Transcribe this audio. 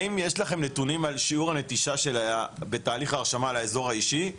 האם יש לכם נתונים על שיעור הנטישה בתהליך ההרשמה לאזור האישי?